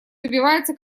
добивается